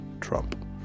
trump